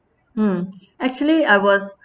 um actually I was